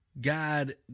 God